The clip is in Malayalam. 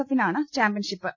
എഫിനാണ് ചാംപ്യൻഷി പ്പ്